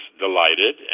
delighted